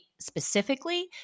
specifically